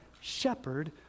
shepherd